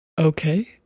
okay